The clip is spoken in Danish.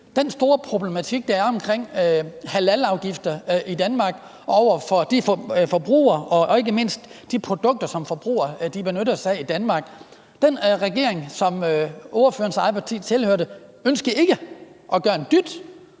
den store problematik, der er omkring halalafgifter i Danmark og over for de forbrugere og ikke mindst de produkter, som forbrugerne benytter sig af i Danmark. Den regering, som ordførerens eget parti tilhørte, ønskede ikke at gøre en dyt